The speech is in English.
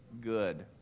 good